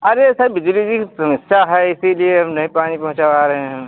अरे सर बिजली उजली की समस्या है इसलिए नहीं पानी पहुंचवा रहे हैं